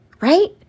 right